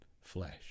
flesh